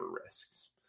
risks